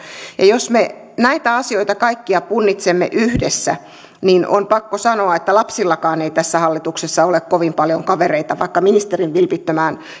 jos me näitä asioita kaikkia punnitsemme yhdessä niin on pakko sanoa että lapsillakaan ei tässä hallituksessa ole kovin paljon kavereita vaikka ministerin vilpittömään